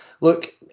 look